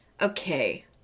Okay